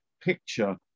picture